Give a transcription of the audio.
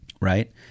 right